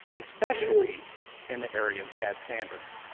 especially in the area of cad standards.